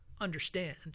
understand